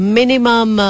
Minimum